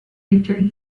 victory